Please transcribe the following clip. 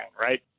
right